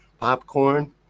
Popcorn